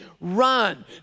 run